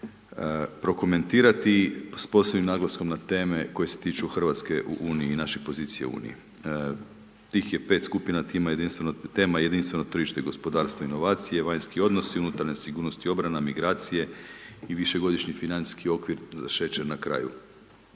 prokomentirati s posebnim naglaskom na teme koje se tiču Hrvatske u Uniji, naše pozicije u Uniji. Tih je pet skupina, tema jedinstveno tržište i gospodarstvo i inovacije, vanjski odnosi, unutarnja sigurnost i orana, migracije i višegodišnji financijski okvir za šećer na kraju.